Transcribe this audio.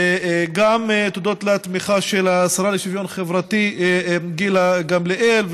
הודות לתמיכה של השרה לשוויון חברתי גילה גמליאל,